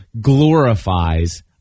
glorifies